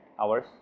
hours